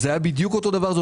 זה היה בדיוק אותו דבר.